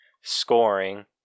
scoring